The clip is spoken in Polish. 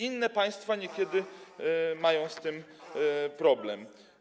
Inne państwa niekiedy mają z tym problem.